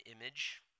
image